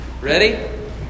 Ready